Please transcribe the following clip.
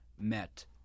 met